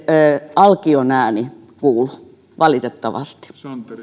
alkion ääni kuulu valitettavasti